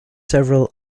several